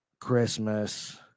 Christmas